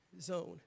zone